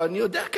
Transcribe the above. הלוא אני יודע,